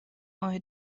ماه